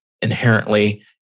inherently